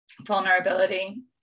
Vulnerability